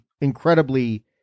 incredibly